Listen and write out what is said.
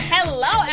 Hello